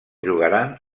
jugaran